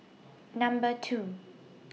Number two